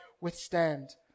withstand